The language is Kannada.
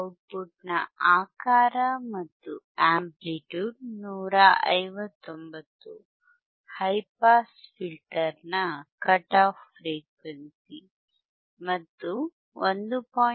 ಔಟ್ಪುಟ್ನ ಆಕಾರ ಮತ್ತು ಅಂಪ್ಲಿಟ್ಯೂಡ್ 159 ಹೈ ಪಾಸ್ ಫಿಲ್ಟರ್ನ ಕಟ್ ಆಫ್ ಫ್ರೀಕ್ವೆನ್ಸಿ ಮತ್ತು 1